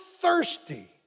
thirsty